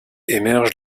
émergent